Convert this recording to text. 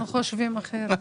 אנחנו חושבים אחרת.